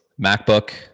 MacBook